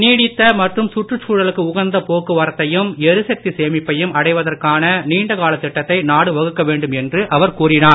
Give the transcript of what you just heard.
நீடித்த மற்றும் சுற்றுச்சூழலுக்கு உகந்த போக்குவரத்தையும் எரிசக்தி சேமிப்பையும் அடைவதற்கான நீண்ட காலத் திட்டத்தை நாடு வகுக்கவேண்டும் என்று கூறினார்